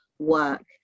work